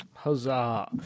Huzzah